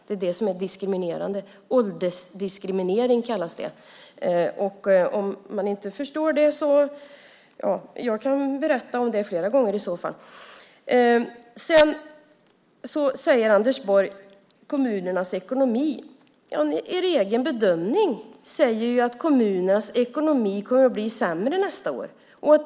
Det är det som är diskriminerande. Åldersdiskriminering kallas det. Om man inte förstår det kan jag berätta om det flera gånger. Anders Borg talar om kommunernas ekonomi. Er egen bedömning säger att kommunernas ekonomi kommer att bli sämre nästa år.